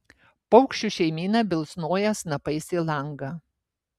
paukščių šeimyna bilsnoja snapais į langą